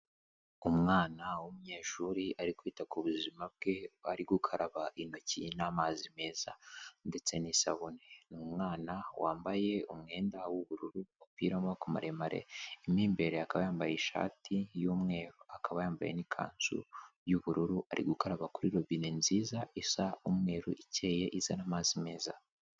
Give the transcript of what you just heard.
Umwana w'umunyeshuri ari kwita ku buzima bwe aho ari gukaraba intoki n'amazi meza, ndetse n'isabune. Ni umwana wambaye umwenda w'ubururu umupira w'amaboko maremare mo imbere akaba yambaye ishati y'umweru, akaba yambaye n'ikanzu y'ubururu ari gukaraba kuri robine nziza isa umweru ikeye, izana amazi meza.